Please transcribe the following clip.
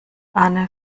anne